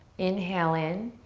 inhale in